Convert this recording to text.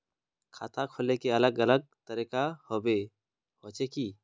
खाता खोले के अलग अलग तरीका होबे होचे की?